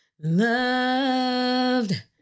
loved